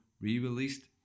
re-released